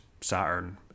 Saturn